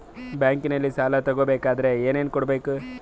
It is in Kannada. ಬ್ಯಾಂಕಲ್ಲಿ ಸಾಲ ತಗೋ ಬೇಕಾದರೆ ಏನೇನು ಕೊಡಬೇಕು?